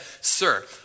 Sir